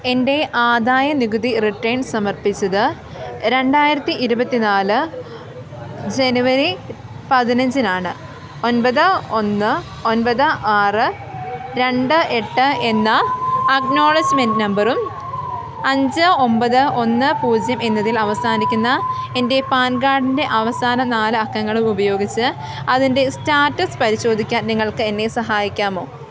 എൻ്റെ ആദായനികുതി റിട്ടേൺ സമർപ്പിച്ചത് രണ്ടായിരത്തി ഇരുപത്തിനാല് ജനുവരി പതിനഞ്ചിനാണ് ഒൻപത് ഒന്ന് ഒൻപത് ആറ് രണ്ട് എട്ട് എന്ന അക്നോളെജ്മെൻറ്റ് നമ്പറും അഞ്ച് ഒമ്പത് ഒന്ന് പൂജ്യം എന്നതിൽ അവസാനിക്കുന്ന എൻ്റെ പാൻ കാർഡിൻ്റെ അവസാന നാലക്കങ്ങളും ഉപയോഗിച്ച് അതിൻ്റെ സ്റ്റാറ്റസ് പരിശോധിക്കാൻ നിങ്ങൾക്ക് എന്നെ സഹായിക്കാമോ